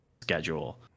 schedule